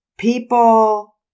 People